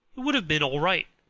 it would have been all right,